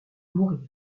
mourir